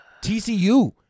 TCU